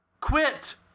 Quit